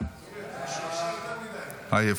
חוק